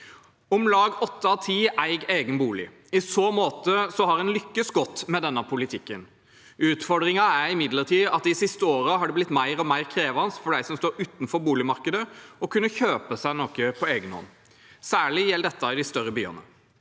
Om lag åtte av ti eier egen bolig, og i så måte har en lyktes godt med denne politikken. Utfordringen er imidlertid at det de siste årene har blitt mer og mer krevende for dem som står utenfor boligmarkedet, å kunne kjøpe seg noe på egen hånd. Særlig gjelder dette i de større byene.